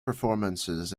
performances